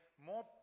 more